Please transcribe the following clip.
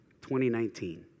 2019